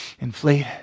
Inflate